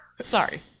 Sorry